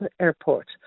airport